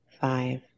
five